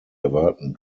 erwarten